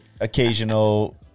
occasional